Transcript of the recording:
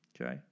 Okay